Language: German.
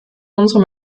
unsere